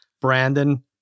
Brandon